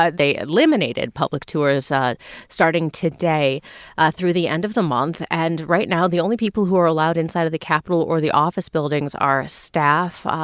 ah they eliminated public tours ah starting today ah through the end of the month. and right now, the only people who are allowed inside of the capitol or the office buildings are staff,